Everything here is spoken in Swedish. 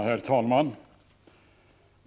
Herr talman!